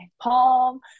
palm